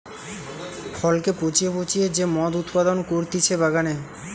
ফলকে পচিয়ে পচিয়ে যে মদ উৎপাদন করতিছে বাগানে